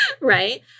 Right